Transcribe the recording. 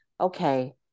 okay